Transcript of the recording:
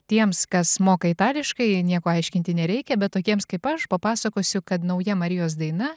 tiems kas moka itališkai nieko aiškinti nereikia bet tokiems kaip aš papasakosiu kad nauja marijos daina